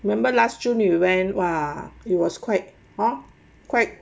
remember last june we went !wah! it was quite hor quite